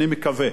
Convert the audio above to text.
אני מקווה.